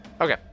Okay